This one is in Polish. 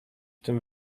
tym